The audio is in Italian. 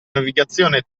navigazione